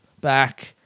back